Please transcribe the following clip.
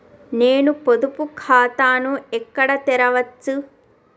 నేను పొదుపు ఖాతాను ఎక్కడ తెరవచ్చు?